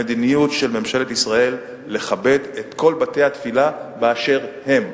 המדיניות של ממשלת ישראל היא לכבד את כל בתי-התפילה באשר הם.